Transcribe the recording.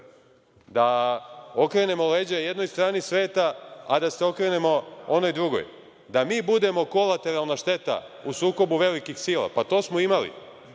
Da okrenemo leđa jednoj strani sveta, a da se okrenemo onoj drugoj? Da mi budemo kolateralna šteta u sukobu velikih sila? Pa to smo imali.